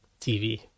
TV